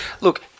Look